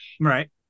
Right